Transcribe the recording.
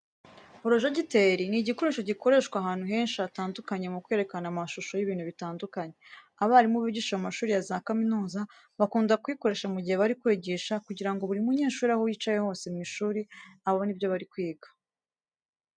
Porojegiteri ni igikoresho gikoreshwa ahantu henshi hatandukanye mu kwerekana amashusho y'ibintu bitandukanye. Abarimu bigisha mu mashuri ya za kaminuza bakunda kuyikoresha mu gihe bari kwigisha kugira ngo buri munyeshuri aho yicaye hose mu ishuri abone ibyo bari kwiga.